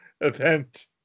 event